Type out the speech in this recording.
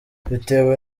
bitewe